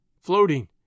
floating